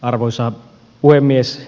arvoisa puhemies